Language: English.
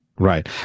Right